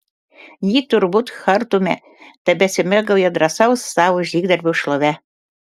ji turbūt chartume tebesimėgauja drąsaus savo žygdarbio šlove